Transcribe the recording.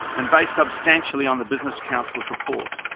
and based substantially on the business council's report.